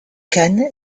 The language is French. khan